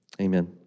amen